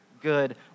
good